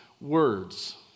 words